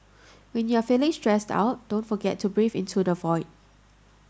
when you are feeling stressed out don't forget to breathe into the void